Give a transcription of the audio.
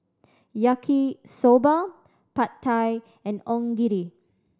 Yaki Soba Pad Thai and Onigiri